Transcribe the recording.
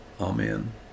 Amen